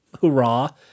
hoorah